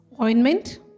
ointment